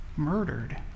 murdered